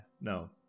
No